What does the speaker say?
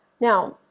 now